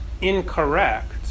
incorrect